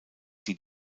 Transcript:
die